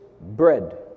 bread